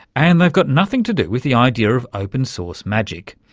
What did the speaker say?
and they've got nothing to do with the idea of open-source magic,